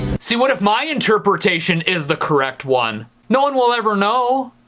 see, what if my interpretation is the correct one. no one will ever know.